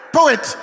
Poet